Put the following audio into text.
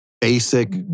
basic